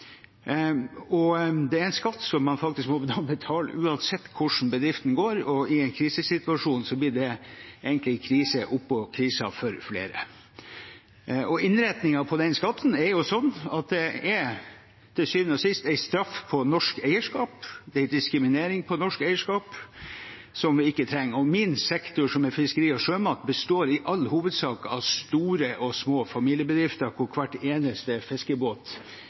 skatt som man faktisk må betale uansett hvordan bedriften går, og i en krisesituasjon blir det egentlig krise oppå krisen for flere, og innretningen på den skatten er til syvende og sist en straff på norsk eierskap. Det er en diskriminering av norsk eierskap, som vi ikke trenger. Min sektor, som er fiskeri og sjømat, består i all hovedsak av store og små familiebedrifter, hvor hver eneste fiskebåt